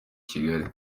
kigali